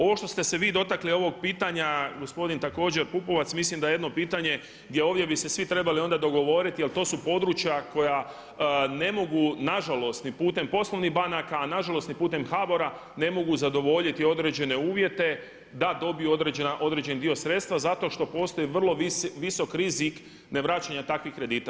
Ovo što ste se vi dotakli ovog pitanja gospodin također Pupovac mislim da je jedno pitanje gdje ovdje bi se svi trebali onda dogovoriti jer to su područja koja ne mogu nažalost ni putem poslovnih banaka a nažalost ni putem HBOR-a ne mogu zadovoljiti određene uvjete da dobiju određeni dio sredstva zato što postoji vrlo visok rizik ne vraćanja takvih kredita.